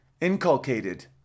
Inculcated